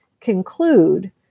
conclude